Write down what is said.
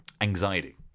anxiety